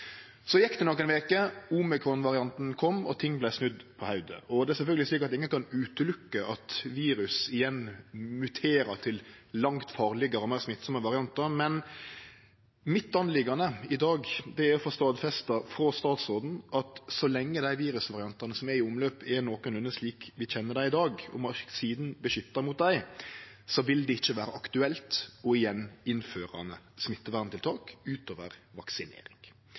Så gjekk det nokre veker, omikronvarianten kom, og ting vart snudde på hovudet. Det er sjølvsagt slik at ingen kan garantere at ikkje virus igjen muterer til langt farlegare og meir smittsame variantar, men mitt poeng i dag er å få stadfesta frå statsråden at så lenge dei virusvariantane som er i omløp, er nokolunde slik vi kjenner dei i dag, og vaksinen beskyttar mot dei, vil det ikkje vere aktuelt igjen å innføre smitteverntiltak utover vaksinering.